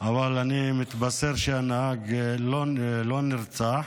אבל אני מתבשר שהנהג לא נרצח,